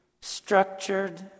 structured